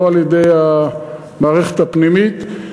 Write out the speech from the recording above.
לא על-ידי המערכת הפנימית,